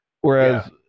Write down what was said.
Whereas